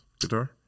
guitar